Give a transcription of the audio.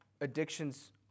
addictions